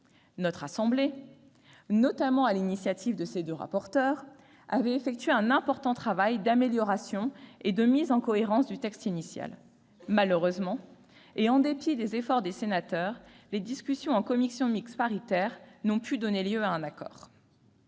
Notre assemblée, notamment sur l'initiative de ses deux rapporteurs, avait réalisé un important travail d'amélioration et de mise en cohérence du texte initial. Malheureusement, et en dépit des efforts des sénateurs, les discussions en commission mixte paritaire n'ont pu donner lieu à un accord.